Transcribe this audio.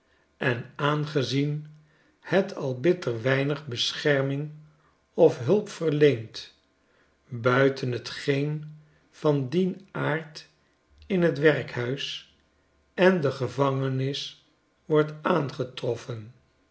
inrichtingen noodzakelijkerwijzemoeteninboezemenjenaangezien het al bitter weinjg bescherming of hulp verleent buiten t geen van dien aard in t werkhuis en de gevangenis wordt aangetroffen